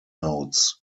notes